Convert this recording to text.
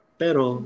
pero